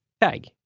tag